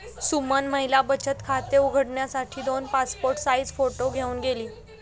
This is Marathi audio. सुमन महिला बचत खाते उघडण्यासाठी दोन पासपोर्ट साइज फोटो घेऊन गेली